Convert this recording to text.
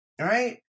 right